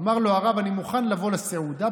אמר לו הרב: אני מוכן לבוא לסעודה,